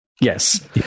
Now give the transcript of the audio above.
Yes